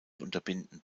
unterbinden